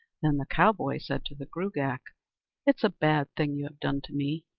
then the cowboy said to the gruagach it's a bad thing you have done to me,